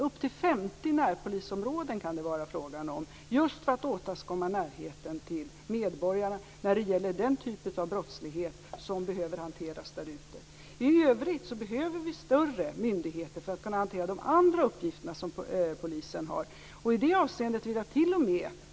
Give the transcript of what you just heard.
Det kan vara frågan om upp till 50 närpolisområden just för att åstadkomma närheten till medborgarna när det gäller den typ av brottslighet som behöver hanteras där ute. I övrigt behöver vi större myndigheter för att kunna hantera de andra uppgifter som polisen har.